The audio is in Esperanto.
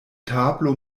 tablo